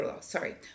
Sorry